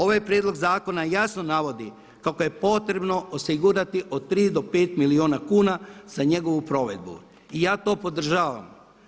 Ovaj prijedlog zakona jasno navodi kako je potrebno osigurati od tri do pet milijuna kuna za njegovu provedbu i ja to podržavam.